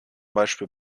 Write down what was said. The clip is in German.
beispiel